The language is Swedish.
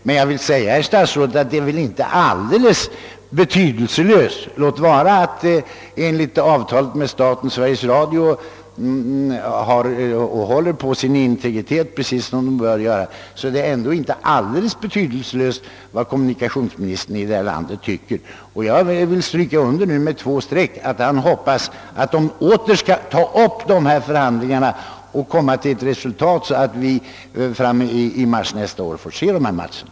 Men det är väl inte, herr statsråd, alldeles betydelselöst — låt vara att Sveriges Radio enligt avtalet, precis som man bör göra, håller på sin integritet — vad kommunikationsministern i vårt land tycker. Jag vill därför med dubbla streck stryka under att han hoppas att förhandlingarna skall återupptas och leda till ett sådant resultat att vi i mars nästa år får se dessa VM matcher.